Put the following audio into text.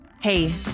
Hey